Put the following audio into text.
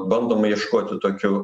bandoma ieškoti tokių